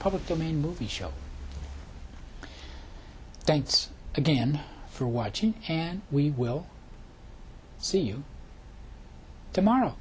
public domain movie show thanks again for watching and we will see you tomorrow